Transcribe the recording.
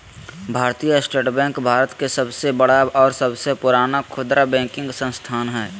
भारतीय state bank Bharat के सबसे बड़ा और सबसे पुराना खुदरा बैंकिंग संस्थान हइ